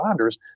responders